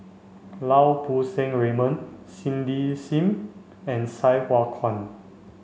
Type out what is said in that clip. Lau Poo Seng Raymond Cindy Sim and Sai Hua Kuan